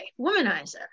womanizer